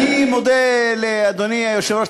אני מודה לאדוני היושב-ראש.